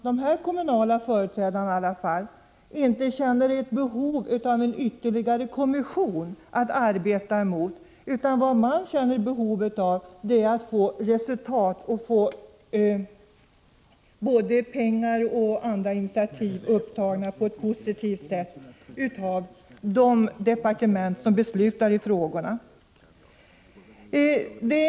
De här kommunala företrädarna känner inte något behov av en ytterligare kommission att arbeta mot, utan de känner behov av att få resultat, genom att både frågor om pengar och andra initiativ tas upp på ett positivt sätt i de departement som beslutar om sådana ärenden.